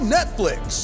Netflix